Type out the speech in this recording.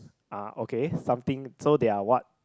ah okay something so they are what